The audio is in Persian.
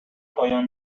پایان